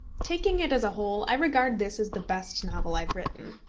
taking it as a whole, i regard this as the best novel i have written.